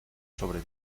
sobre